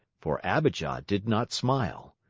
for abijah did not smile.